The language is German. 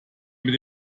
mit